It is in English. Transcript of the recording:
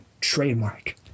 trademark